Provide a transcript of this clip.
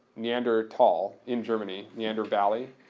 neanderthal in germany, neander valley,